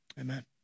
Amen